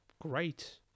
great